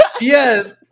Yes